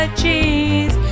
cheese